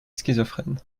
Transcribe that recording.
schizophrène